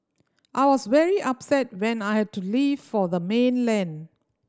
I was very upset when I had to leave for the mainland